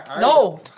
no